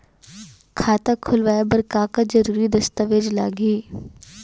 खाता खोलवाय बर का का जरूरी दस्तावेज लागही?